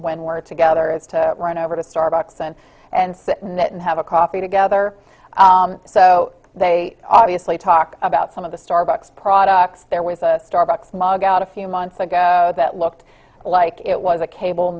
when we're together is to run over to starbucks and and sit net and have a coffee together so they obviously talk about some of the starbucks products there was a starbucks mug out a few months ago that looked like it was a cable